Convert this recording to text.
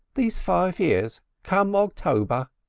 this five years come october.